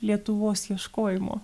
lietuvos ieškojimo